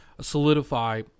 solidify